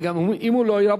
ואם הוא לא יהיה,